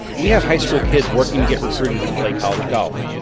we have high school kids working to get recruited and play college golf.